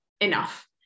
enough